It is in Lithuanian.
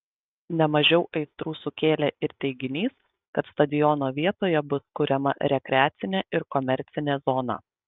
ne mažiau aistrų sukėlė ir teiginys kad stadiono vietoje bus kuriama rekreacinė ir komercinė zona